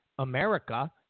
America